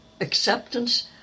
acceptance